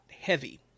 heavy